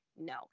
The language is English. no